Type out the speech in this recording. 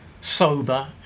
sober